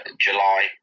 July